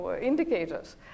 indicators